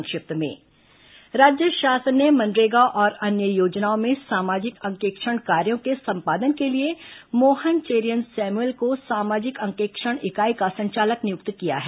संक्षिप्त समाचार राज्य शासन ने मनरेगा और अन्य योजनाओं में सामाजिक अंकेक्षण कार्यो के संपादन के लिए मोहन चेरियन सैमुअल को सामाजिक अंकेक्षण इकाई का संचालक नियुक्त किया है